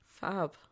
Fab